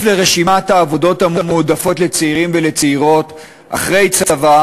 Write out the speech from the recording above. לרשימת העבודות המועדפות לצעירים ולצעירות אחרי צבא